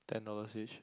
ten dollars each